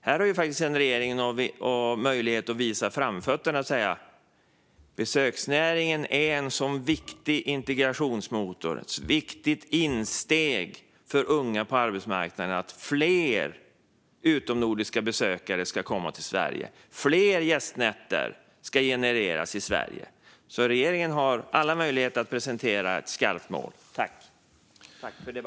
Här har regeringen möjlighet att visa framfötterna och säga att besöksnäringen är en sådan viktig integrationsmotor och ett sådant viktigt insteg för unga på arbetsmarknaden att vi måste få fler utomnordiska besökare att komma till Sverige och att fler gästnätter ska genereras i Sverige. Regeringen har alla möjligheter att presentera ett skarpt mål. Jag tackar för debatten.